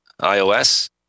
iOS